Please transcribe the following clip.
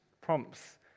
prompts